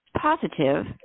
positive